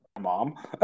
Mom